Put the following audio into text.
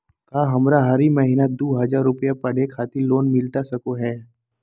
का हमरा हरी महीना दू हज़ार रुपया पढ़े खातिर लोन मिलता सको है?